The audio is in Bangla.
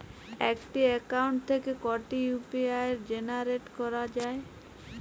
একটি অ্যাকাউন্ট থেকে কটি ইউ.পি.আই জেনারেট করা যায়?